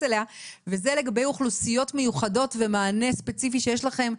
אליה וזה לגבי אוכלוסיות מיוחדות ומענה ספציפי שיש לכם,